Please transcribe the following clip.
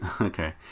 Okay